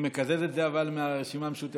אבל אני מקזז את זה מהרשימה המשותפת.